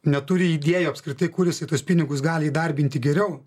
neturi idėjų apskritai kur jisai tuos pinigus gali įdarbinti geriau